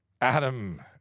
Adam